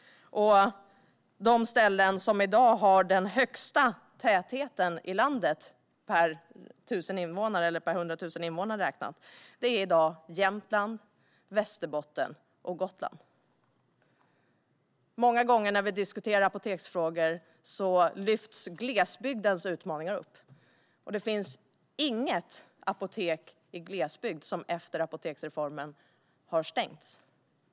De ställen som har den högsta tätheten i landet per tusen invånare är i dag Jämtland, Västerbotten och Gotland. Många gånger när vi diskuterar apoteksfrågor lyfts glesbygdens utmaningar fram. Inget apotek i glesbygd har stängts efter apoteksreformen.